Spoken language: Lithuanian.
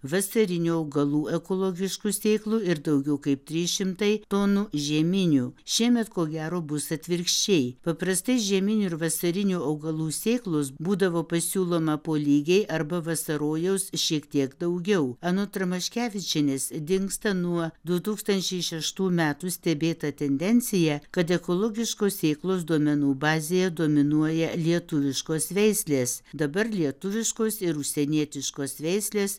vasarinių augalų ekologiškų sėklų ir daugiau kaip trys šimtai tonų žieminių šiemet ko gero bus atvirkščiai paprastai žieminių ir vasarinių augalų sėklos būdavo pasiūloma po lygiai arba vasarojaus šiek tiek daugiau anot ramaškevičienės dingsta nuo du tūkstančiai šeštų metų stebėta tendencija kad ekologiškos sėklos duomenų bazėje dominuoja lietuviškos veislės dabar lietuviškos ir užsienietiškos veislės